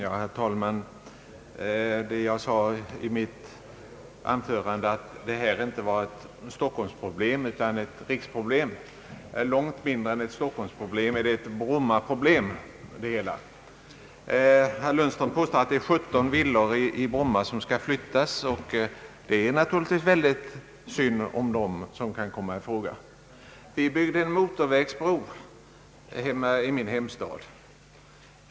Herr talman! Jag sade i mitt anförande att detta inte var ett stockholmsproblem utan ett riksproblem. Långt mindre än ett stockholmsproblem är det hela ett brommaproblem. Herr Lundström påstår att det är 17 villor i Bromma som skulle behöva. flyttas. Det är naturligtvis mycket synd om de villaägare som skulle drabbas. Vi byggde en motorvägsbro i min hemstad.